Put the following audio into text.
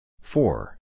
Four